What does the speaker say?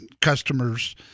customers